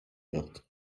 wird